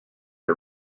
are